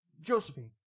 Josephine